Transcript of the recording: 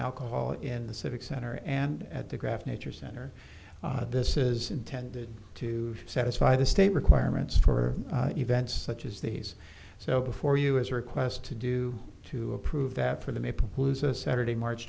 alcohol in the civic center and at the graph nature center this is intended to satisfy the state requirements for events such as these so before you as a request to do to approve that for the maid who is a saturday march